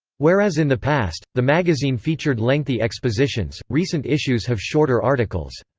whereas in the past, the magazine featured lengthy expositions, recent issues have shorter articles.